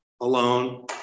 alone